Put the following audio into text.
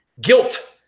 guilt